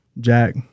Jack